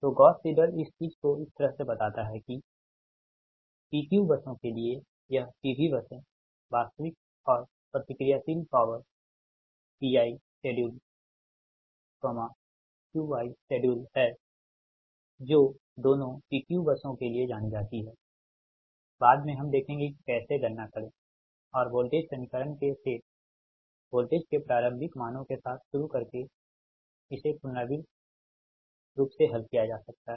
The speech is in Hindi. तो गॉस सिडल इस चीज को इस तरह से बताता है कि P Q बसों के लिए यह P V बसें वास्तविक और प्रतिक्रियाशील power Pi scheduled Qi scheduled हैं जो दोनों P Q बसों के लिए जानी जाती हैं बाद में हम देखेंगे कि कैसे गणना करें और वोल्टेज समीकरण के सेट वोल्टेज के प्रारंभिक मानों के साथ शुरू करके इसे पुनरावृत्ति रूप से हल किया जा सकता है